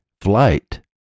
flight